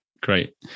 Great